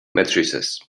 matrices